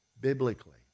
biblically